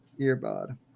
earbud